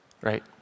right